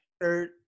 Third